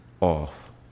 off